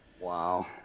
Wow